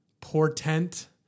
portent